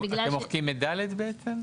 אתם מוחקים את (ד) בעצם?